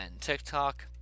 TikTok